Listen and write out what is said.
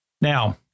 Now